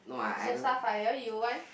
so Starfire you want